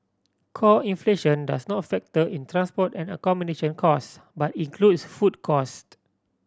core inflation does not factor in transport and accommodation costs but includes food cost